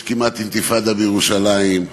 יש כמעט-אינתיפאדה בירושלים,